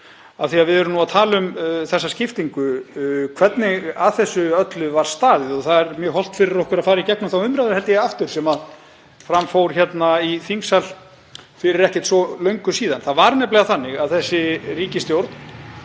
af því að við erum að tala um þessa skiptingu, hvernig að þessu öllu var staðið. Það er mjög hollt fyrir okkur að fara í gegnum þá umræðu aftur, held ég, sem fram fór hér í þingsal fyrir ekkert svo löngu. Það var nefnilega þannig að þessi ríkisstjórn